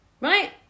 right